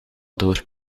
door